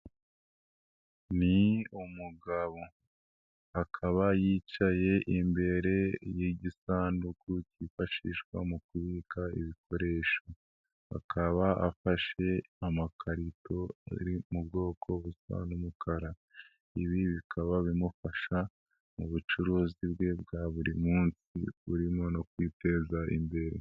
Ni umugabo. Akaba yicaye imbere y'igisanduku kifashishwa mu kubika ibikoresho. Akaba afashe amakarito ari mu bwoko busa n'umukara. Ibi bikaba bimufasha mu bucuruzi bwe bwa burimunsi, burimo no kwiteza imbere.